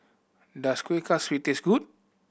does Kuih Kaswi taste good